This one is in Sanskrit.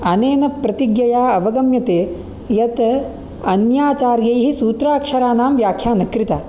अनेन प्रतिज्ञया अवगम्यते यत अन्याचार्यैः सूत्राक्षरानां व्याख्या न कृता